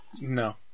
No